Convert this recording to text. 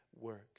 work